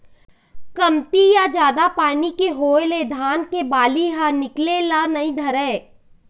कमती या जादा पानी के होए ले धान के बाली ह निकले ल नइ धरय